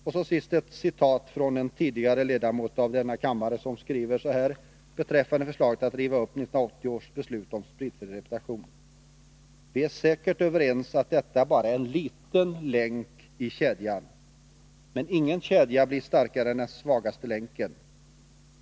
Till sist ett citat från en tidigare ledamot av denna kammare, som skriver så här beträffande förslaget om att riva upp 1980 års beslut om spritfri representation: ”Vi är säkert överens om att detta bara är en liten länk i kedjan. Men ingen kedja blir starkare än den svagaste länken.